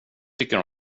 tycker